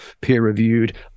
peer-reviewed